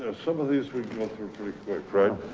ah some of these were fred.